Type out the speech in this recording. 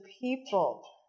people